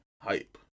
Hype